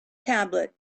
tablet